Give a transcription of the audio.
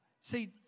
see